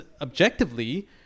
objectively